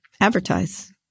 advertise